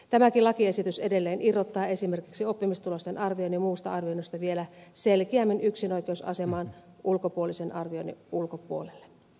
tämäkin lakiesitys edelleen irrottaa esimerkiksi oppimistulosten arvioinnin muusta arvioinnista vielä selkeämmin yksinoikeusasemaan ulkopuolisen arvioinnin ulkopuolelle